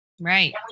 Right